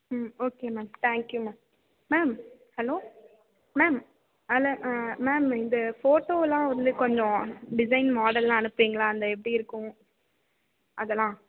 ம் okay ma'am thank you ma'am ma'am hello ma'am அதில் ma'am இந்த ஃபோட்டோவுலாம் வந்து கொஞ்சம் டிசைன் மாடல் எல்லாம் அனுப்புறிங்களா அந்த எப்படி இருக்கும் அதெல்லாம்